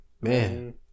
Man